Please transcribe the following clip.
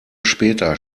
später